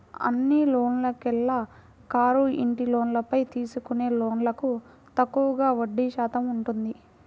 అన్ని లోన్లలోకెల్లా కారు, ఇంటి లోన్లపై తీసుకునే లోన్లకు తక్కువగా వడ్డీ శాతం ఉంటుంది